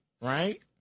right